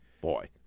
Boy